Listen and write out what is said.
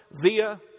via